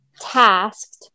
tasked